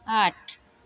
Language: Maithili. आठ